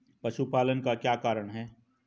पशुपालन का क्या कारण है?